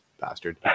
bastard